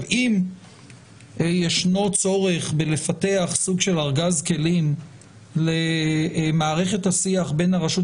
אם ישנו צורך בפיתוח סוג של ארגז כלים למערכת השיח בין הרשות